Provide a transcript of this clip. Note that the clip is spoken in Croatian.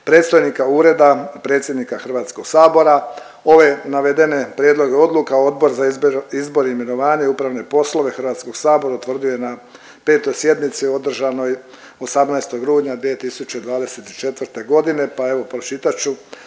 predstojnika Ureda predsjednika Hrvatskog sabora. Ove navedene prijedloge odluka Odbor za izbor, imenovanje i upravne poslove Hrvatskog sabora utvrdio je na petoj sjednici održanoj 18. rujna 2024. godine, pa evo pročitat